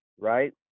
right